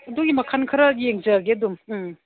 ꯑꯗꯨꯒꯤ ꯃꯈꯟ ꯈꯔ ꯌꯦꯡꯖꯒꯦ ꯑꯗꯨꯝ ꯎꯝ